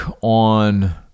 on